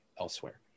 elsewhere